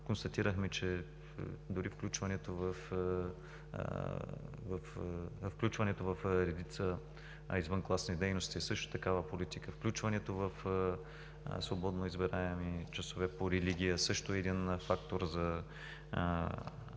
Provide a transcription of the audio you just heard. Констатирахме, че дори включването в редица извънкласни дейности е също такава политика; включването в свободноизбираеми часове по религия също е фактор за